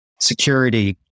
Security